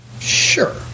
sure